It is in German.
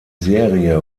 serie